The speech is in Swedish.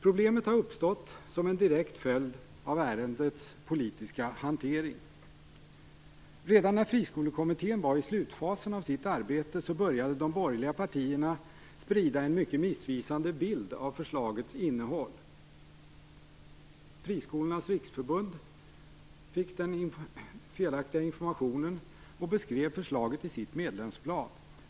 Problemet har uppstått som en direkt följd av ärendets politiska hantering. Redan när Friskolekommittén var i slutfasen av sitt arbete började de borgerliga partierna sprida en mycket missvisande bild av förslagets innehåll. Friskolornas riksförbund fick den felaktiga informationen och beskrev förslaget i sitt medlemsblad.